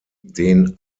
den